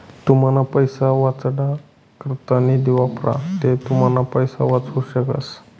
तुमना पैसा वाचाडा करता निधी वापरा ते तुमना पैसा वाचू शकस